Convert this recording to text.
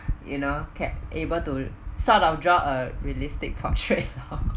you know kept able to sort of draw a realistic protrait